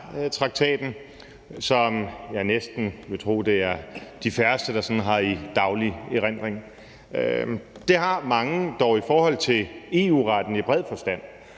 Amsterdamtraktaten, som jeg næsten vil tro det er de færreste der sådan har i daglig erindring. Det har mange dog i forhold til EU-retten i bred forstand,